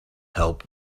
help